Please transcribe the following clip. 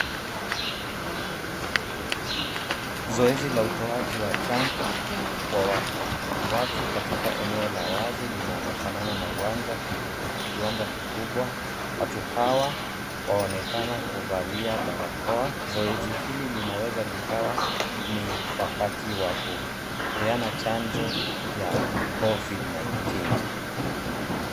Zoezi la utoaji wa chanjo kwa watu katika eneo la wazi linalofanana na uwanja, kiwanja kikubwa. Watu hawa waonekana kuvalia barakoa. Zoezi hili linaweza likawa ni wakati wakupeana chanjo ya Covid 19 .